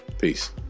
Peace